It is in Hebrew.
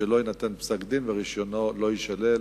לא יינתן פסק-דין ורשיונו לא יישלל,